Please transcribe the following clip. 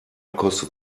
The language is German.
kostet